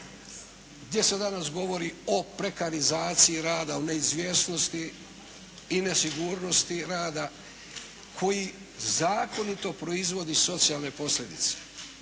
gdje se danas govori o prekanizaciji rada, o neizvjesnosti i nesigurnosti rada koji zakonito proizvodi socijalne posljedice